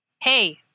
hey